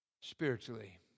spiritually